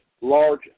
large